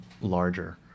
larger